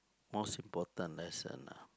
most important lesson ah